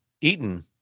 Eaton